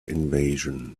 invasion